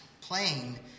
playing